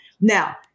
Now